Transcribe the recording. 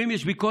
ואם יש ביקורת,